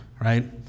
right